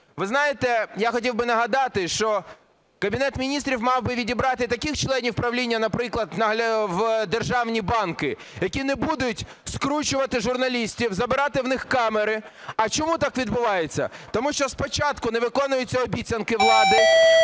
Ви знаєте, я хотів би нагадати, що Кабінет Міністрів мав би відібрати таких членів правління, наприклад, в державні банки, які не будуть скручувати журналістів, забирати в них камери. А чому так відбувається? Тому що спочатку не виконуються обіцянки влади,